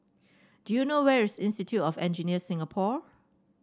do you know where is Institute of Engineers Singapore